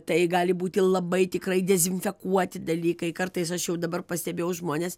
tai gali būti labai tikrai dezinfekuoti dalykai kartais aš jau dabar pastebėjau žmonės